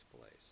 place